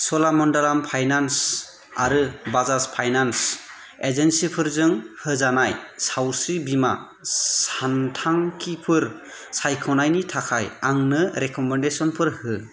च'लामन्डलाम finance आरो Bajaj finance एजेन्सिफोरजों होजानाय सावस्रि बीमा सानथांखिफोर सायख'नायनि थाखाय आंनो रेकमेन्देसनफोर हो